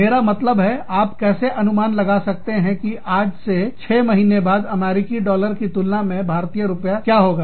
मेरा मतलब है आप कैसे अनुमान लगा सकते हैं कि आज से छह महीने के बाद में अमेरिकी डॉलर की तुलना में भारतीय रुपया क्या होगा